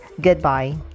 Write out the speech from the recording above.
Goodbye